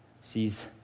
sees